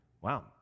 Wow